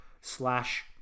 slash